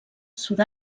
sud